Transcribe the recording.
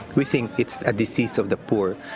we think it's a disease of the poor,